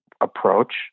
approach